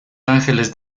ángeles